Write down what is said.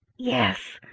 yes,